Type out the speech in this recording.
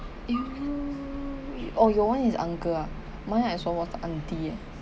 !eeyer! oh your one is uncle ah mine I saw was the auntie eh